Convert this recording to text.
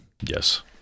Yes